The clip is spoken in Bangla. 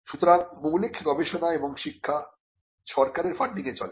সুতরাং মৌলিক গবেষণা এবং শিক্ষা সরকারের ফান্ডিং এ চলে